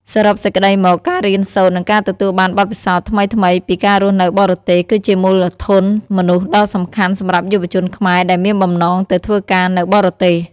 សរុបសេចក្ដីមក ការរៀនសូត្រ និងការទទួលបានបទពិសោធន៍ថ្មីៗពីការរស់នៅបរទេស គឺជាមូលធនមនុស្សដ៏សំខាន់សម្រាប់យុវជនខ្មែរដែលមានបំណងទៅធ្វើការនៅបរទេស។